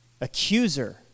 accuser